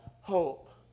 hope